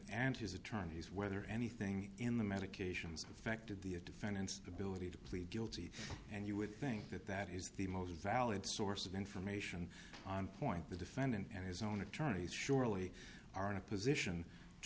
his attorneys whether anything in the medications affected the a defendant's ability to plead guilty and you would think that that is the most valid source of information and point the defendant and his own attorneys surely are in a position to